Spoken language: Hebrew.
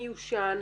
מיושן,